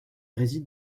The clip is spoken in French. réside